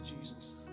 Jesus